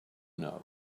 know